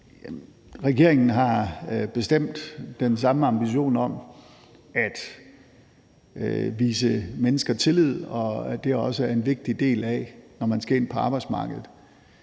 Regeringen har bestemt den samme ambition om at vise mennesker tillid; det er også en vigtig del af det at skulle ind på arbejdsmarkedet.